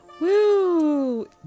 Woo